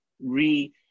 re